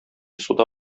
суда